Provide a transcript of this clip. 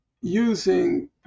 using